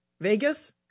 Vegas